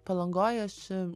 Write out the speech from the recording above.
palangoj aš